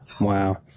Wow